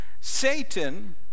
Satan